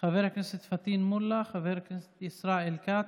חבר הכנסת פטין מולא, חבר הכנסת ישראל כץ,